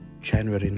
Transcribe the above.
January